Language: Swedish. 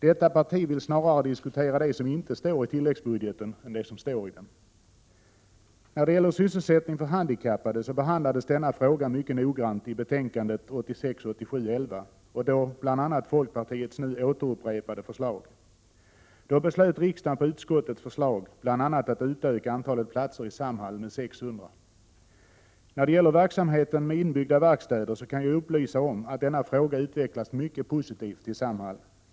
Folkpartiet vill snarare diskutera det som inte står i tilläggsbudgeten än det som står i den. Frågan om sysselsättning för handikappade behandlades mycket noggrant i betänkandet 1986/87:11, bl.a. folkpartiets nu återupprepade förslag på området. Då beslöt riksdagen på utskottets förslag bl.a. att utöka antalet platser i Samhall med 600. När det gäller verksamheten med inbyggda verkstäder kan jag upplysa om att denna fråga utvecklas mycket positivt inom Samhall.